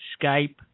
Skype